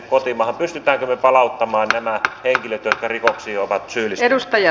pystymmekö me palauttamaan nämä henkilöt jotka rikoksiin ovat syyllistyneet